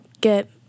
get